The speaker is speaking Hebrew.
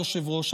היושב-ראש.